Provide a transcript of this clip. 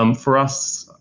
um for us,